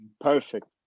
perfect